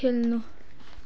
खेल्नु